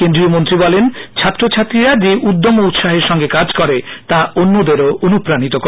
কেন্দ্রীয় মন্ত্রী বলেন ছাত্রছাত্রীরা যে উদ্দম ও উৎসাহের সঙ্গে কাজ করে তা অন্যদেরও অনুপ্রানিত করে